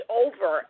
over